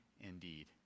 indeed